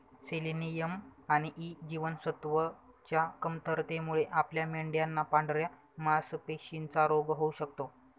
selenium आणि E जीवनसत्वच्या कमतरतेमुळे आपल्या मेंढयांना पांढऱ्या मासपेशींचा रोग होऊ शकतो